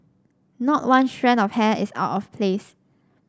not one strand of hair is out of place